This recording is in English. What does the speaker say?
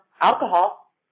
alcohol